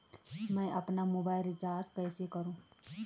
मैं अपना mobile recharge कैसे करूँ?